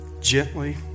gently